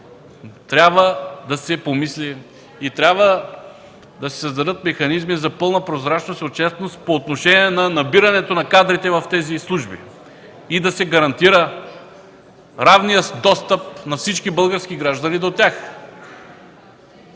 трябва да се помисли и трябва да се създадат механизми за пълна прозрачност и отчетност по отношение на набирането на кадрите в тези служби и да се гарантира равният достъп на всички български граждани до тях.